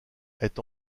est